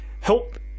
help